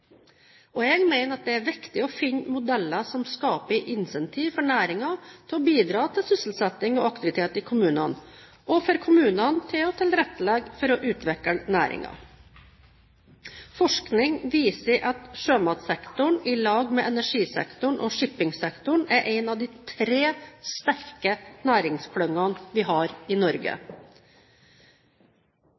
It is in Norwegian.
Jeg mener det er viktig å finne modeller som skaper incentiv for næringen til å bidra til sysselsetting og aktivitet i kommunene, og for kommunene til å tilrettelegge for å utvikle næringen. Forskning viser at sjømatsektoren sammen med energisektoren og shippingsektoren er en av de tre sterke næringsklyngene vi har i Norge.